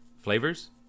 flavors